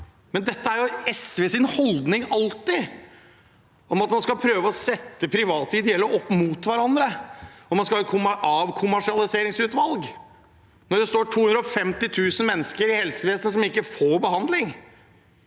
Men dette er jo alltid SVs holdning, at man skal prøve å sette private og ideelle opp mot hverandre. Og man skal komme med et avkommersialiseringsutvalg når det står 250 000 mennesker i kø i helsevesenet, som ikke får behandling,